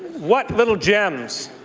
what little gems,